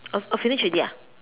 oh oh finish already ah